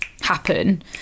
happen